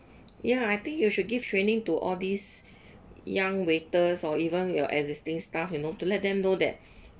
ya I think you should give training to all these young waiters or even your existing staff you know to let them know that